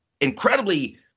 incredibly